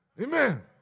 Amen